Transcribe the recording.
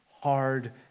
hard